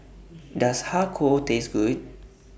Does Har Kow Taste Good